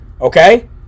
Okay